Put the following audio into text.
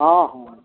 हँ हँ